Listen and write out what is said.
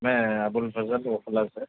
میں ابو الفضل اوکھلا سے